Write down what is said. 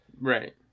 Right